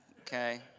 Okay